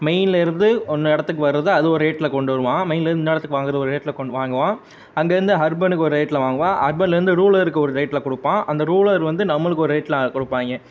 மெயின்லேருந்து ஒன்று இடத்துக்கு வருது அது ஒரு ரேட்டில் கொண்டு வருவான் மெயின்லேருந்து இன்னெடத்துக்கு வாங்குற ஒரு ரோட்டில் கொண்டு வாங்குவான் அங்கேருந்து ஹர்பனுக்கு ஒரு ரேட்டில் வாங்குவான் அர்பன்லேருந்து ரூலருக்கு ஒரு ரேட்டில் கொடுப்பான் அந்த ரூலர் வந்து நம்மளுக்கு ஒரு ரேட்டில் கொடுப்பாயிங்க